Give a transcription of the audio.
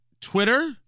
Twitter